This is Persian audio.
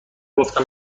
گفتم